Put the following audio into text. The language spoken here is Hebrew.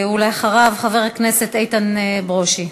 ואחריו, חבר הכנסת איתן ברושי.